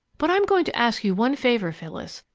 but i'm going to ask you one favor, phyllis.